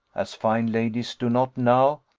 as fine ladies do not now,